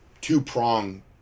two-prong